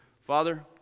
Father